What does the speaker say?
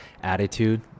attitude